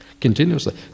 continuously